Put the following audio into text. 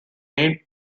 made